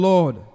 Lord